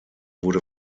wurde